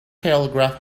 telegraph